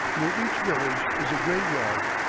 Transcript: near each village is a graveyard,